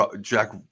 Jack